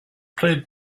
played